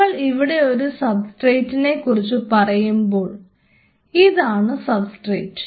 നമ്മൾ ഇവിടെ ഒരു സബ്സ്ട്രേറ്റിനെ കുറിച്ച് പറയുമ്പോൾ ഇതാണ് സബ്സ്ട്രേറ്റ്